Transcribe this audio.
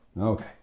Okay